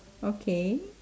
okay